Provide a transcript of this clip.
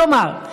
כלומר,